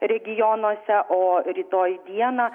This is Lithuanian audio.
regionuose o rytoj dieną